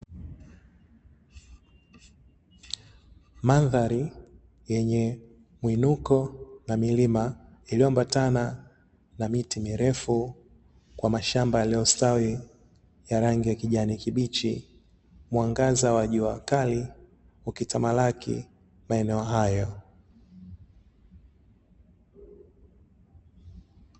Mandhari yenye mwinuko na milima iliyoambatana na miti mirefu, kwa mashamba yaliyostawi ya rangi ya kijani kibichi, mwangaza wa jua kali ukitamalaki maeneo hayo.